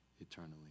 eternally